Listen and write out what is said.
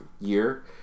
year